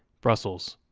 brussels,